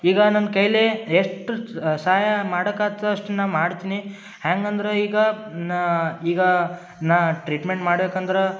ಈಗ ನನ್ನ ಕೈಲಿ ಎಷ್ಟ ಸಹಾಯ ಮಾಡಕಾತ ಅಷ್ಟು ನಾ ಮಾಡ್ತೀನಿ ಹ್ಯಾಂಗಂದ್ರ ಈಗ ನಾ ಈಗ ನಾ ಟ್ರೀಟ್ಮೆಂಟ್ ಮಾಡಬೇಕಂದ್ರೆ